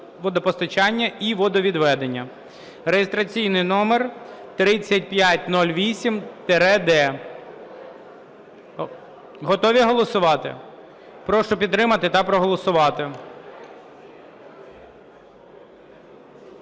(реєстраційний номер 3508-д). Готові голосувати? Прошу підтримати та проголосувати.